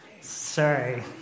Sorry